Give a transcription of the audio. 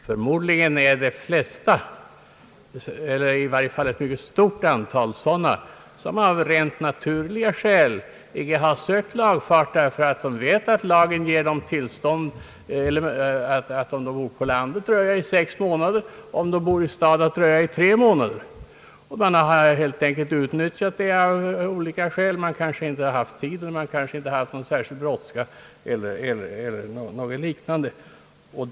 Förmodligen är det ett mycket stort antal fall där köparna av naturliga skäl inte sökt lagfart, därför att lagen ger dem tillstånd att dröja sex månader om de bor på landet och tre månader om de bor i stad. Man har helt enkelt av olika skäl utnyttjat denna möjlighet. Man har kanske inte haft tid, man har inte haft någon brådska eller det kan ha varit andra sådana omständigheter.